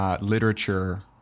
literature